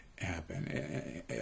happen